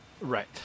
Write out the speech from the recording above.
Right